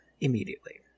immediately